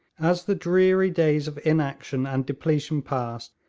as the dreary days of inaction and depletion passed,